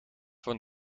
van